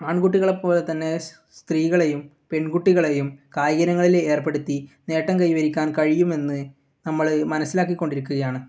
ആൺകുട്ടികളെപോലെ തന്നെ സ്ത്രീകളെയും പെൺകുട്ടികളെയും കായിക ഇനങ്ങളിൽ ഏർപ്പെടുത്തി നേട്ടം കൈവരിക്കാൻ കഴിയുമെന്ന് നമ്മൾ മനസ്സിലാക്കി കൊണ്ടിരിക്കുകയാണ്